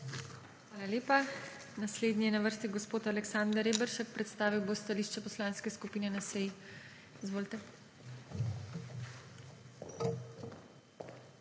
Hvala lepa. Naslednji je na vrsti gospod Aleksander Reberšek, predstavil bo stališče Poslanske skupne NSi. Izvolite.